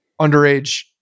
underage